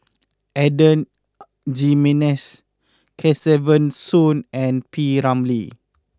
Adan Jimenez Kesavan Soon and P Ramlee